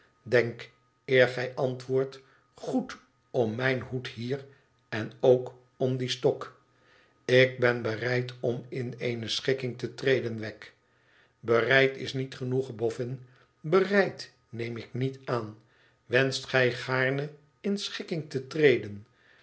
eer gij antwoordt goed om mijn hoed hier en ook om dien stok ik ben bereid om in eene schikking te treden wegg t bereid is niet genoeg boffin bereid neem ik niet aan wenscht j gaarne in schikking te treden